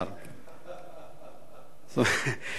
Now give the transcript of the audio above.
אתה מוצא את עצמך גם כן,